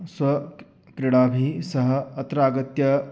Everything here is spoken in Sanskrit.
स्व क् क्रीडाभिः सह अत्र आगत्य